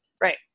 Right